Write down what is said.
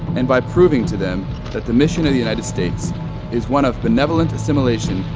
and by proving to them that the mission of the united states is one of benevolent assimilation,